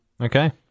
Okay